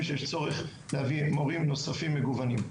שיש צורך להביא מורים נוספים מגוונים.